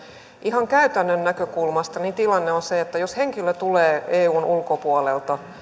ihan käytännön näkökulmasta tilanne on se että jos henkilö tulee eun ulkopuolelta